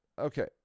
okay